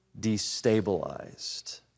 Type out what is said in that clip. destabilized